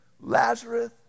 Lazarus